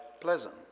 pleasant